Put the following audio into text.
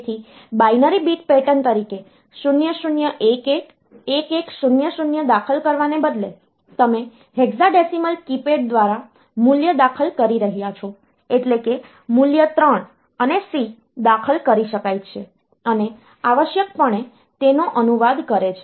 તેથી binary bit pattern તરીકે 0011 1100 દાખલ કરવાને બદલે તમે હેક્સાડેસિમલ કીપેડ દ્વારા મૂલ્ય દાખલ કરી રહ્યાં છો એટલે કે મૂલ્ય 3 અને C દાખલ કરી શકાય છે અને આવશ્યકપણે તેનો અનુવાદ કરે છે